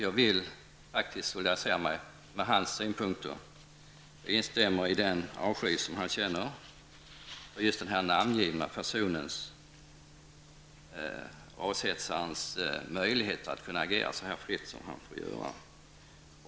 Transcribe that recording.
Jag vill solidarisera mig med hans synpunkter och instämma i den avsky som han känner för den namngivna personens -- rashetsarens -- möjligheter att agera så fritt som han får göra.